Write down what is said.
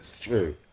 true